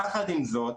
יחד עם זאת,